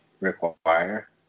require